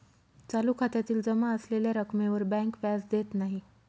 चालू खात्यातील जमा असलेल्या रक्कमेवर बँक व्याज देत नाही